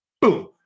Boom